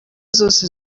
zose